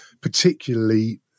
particularly